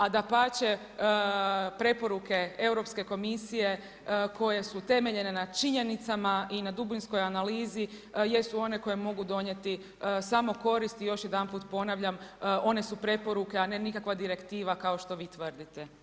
A dapače, preporuke Europske komisije, koje su temeljene na činjenicama i na dubinskoj analizi jesu one koje mogu donijeti smo korist i još jedanput, ponavljam, one su preporuke, a ne nikakva direktiva kao što vi tvrdite.